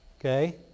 okay